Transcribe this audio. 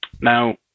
Now